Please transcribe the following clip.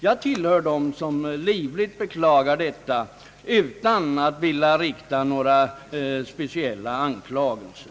Jag tillhör dem som livligt beklagar detta, utan att vilja rikta några speciella anklagelser.